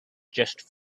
just